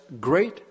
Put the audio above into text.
great